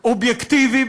"אובייקטיבי",